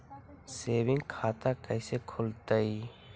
Saving खाता कैसे खुलतई?